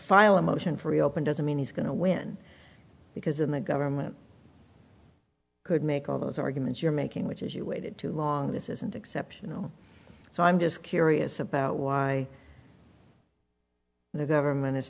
file a motion for reopen doesn't mean he's going to win because in the government could make all those arguments you're making which is you waited too long this isn't exceptional so i'm just curious about why the government is